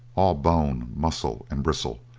all bone, muscle, and bristles,